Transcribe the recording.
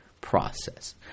process